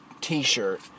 t-shirt